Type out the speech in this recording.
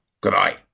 Goodbye